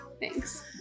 thanks